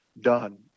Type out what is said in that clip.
done